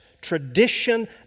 tradition